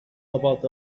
about